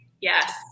yes